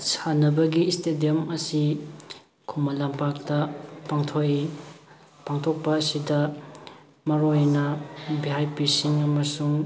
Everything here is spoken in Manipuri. ꯁꯥꯟꯅꯕꯒꯤ ꯏꯁꯇꯦꯗꯤꯌꯝ ꯑꯁꯤ ꯈꯨꯃꯟ ꯂꯝꯄꯥꯛꯇ ꯄꯥꯡꯊꯣꯛꯏ ꯄꯥꯡꯊꯣꯛꯄ ꯑꯁꯤꯗ ꯃꯔꯨ ꯑꯣꯏꯅ ꯚꯤ ꯑꯥꯏ ꯄꯤ ꯁꯤꯡ ꯑꯃꯁꯨꯡ